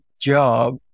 job